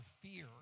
fear